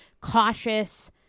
cautious